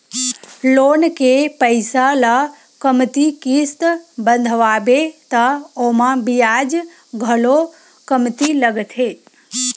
loan के पइसा ल कमती किस्त बंधवाबे त ओमा बियाज घलो कमती लागथे